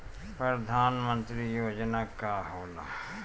परधान मंतरी योजना का होला?